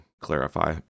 clarify